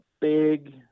big